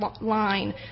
line